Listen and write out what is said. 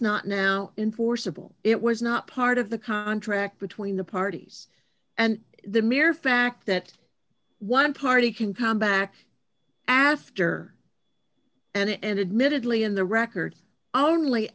not now enforceable it was not part of the contract between the parties and the mere fact that one party can come back after and admittedly in the record only